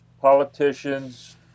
politicians